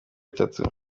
bitatu